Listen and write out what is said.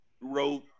wrote